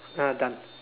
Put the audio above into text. ah done